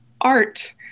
art